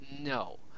no